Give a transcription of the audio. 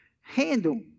handle